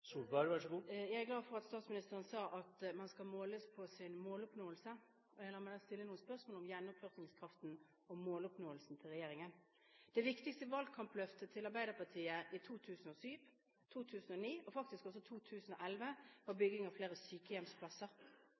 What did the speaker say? Jeg er glad for at statsministeren sa at man skal måles på sin måloppnåelse. La meg da stille noen spørsmål om gjennomføringskraften og måloppnåelsen til regjeringen. Det viktigste valgkampløftet til Arbeiderpartiet i 2007, i 2009 og faktisk også i 2011 var bygging av flere sykehjemsplasser.